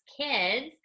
kids